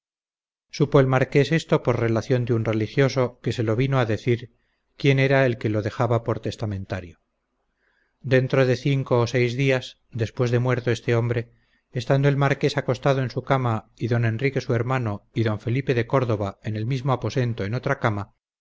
el marqués esto por relación de un religioso que se lo vino a decir quién era el que lo dejaba por testamentario dentro de cinco o seis días después de muerto este hombre estando el marqués acostado en su cama y d enrique su hermano y d felipe de córdoba en el mismo aposento en otra cama